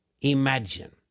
imagine